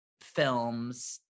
films